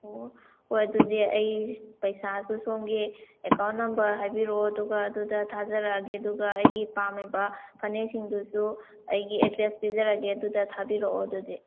ꯑꯣ ꯍꯣꯏ ꯑꯗꯨꯗꯤ ꯑꯩ ꯄꯩꯁꯥꯁꯨ ꯁꯣꯝꯒꯤ ꯑꯦꯀꯥꯎꯟ ꯅꯝꯕꯔ ꯍꯥꯏꯕꯤꯔꯛꯑꯣ ꯑꯗꯨꯒ ꯑꯗꯨꯗ ꯊꯥꯖꯔꯛꯑꯒꯦ ꯑꯗꯨꯒ ꯑꯩꯒꯤ ꯄꯥꯝꯃꯤꯕ ꯐꯅꯦꯛꯁꯤꯡꯗꯨꯁꯨ ꯑꯩꯒꯤ ꯑꯦꯗ꯭ꯔꯦꯁ ꯄꯤꯖꯔꯒꯦ ꯑꯗꯨꯗ ꯊꯥꯕꯤꯔꯛꯑꯣ ꯑꯗꯨꯗꯤ